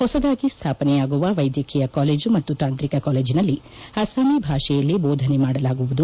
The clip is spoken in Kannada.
ಹೊಸದಾಗಿ ಸ್ಥಾಪನೆಯಾಗುವ ವ್ಲೆದ್ಧಕೀಯ ಕಾಲೇಜು ಮತ್ತು ತಾಂತ್ರಿಕ ಕಾಲೇಜಿನಲ್ಲಿ ಅಸ್ವಾಮಿ ಭಾಷೆಯಲ್ಲೇ ಬೋಧನೆ ಮಾಡಲಾಗುವುದು